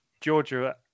Georgia